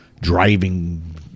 driving